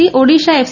C Odisha F